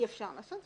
אי אפשר לעשות,